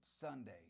Sunday